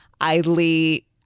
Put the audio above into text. idly